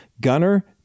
Gunner